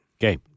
Okay